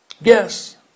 Yes